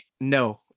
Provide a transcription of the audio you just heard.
no